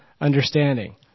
understanding